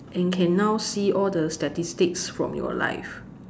and can now see all the statistics from your life